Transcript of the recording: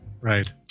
Right